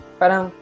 parang